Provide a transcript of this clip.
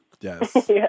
Yes